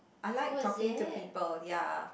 I like talking to people ya